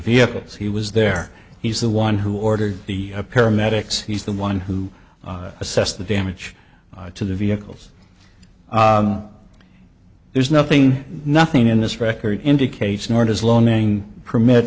vehicles he was there he's the one who ordered the paramedics he's the one who assessed the damage to the vehicles there's nothing nothing in this record indicates nor does loaning permit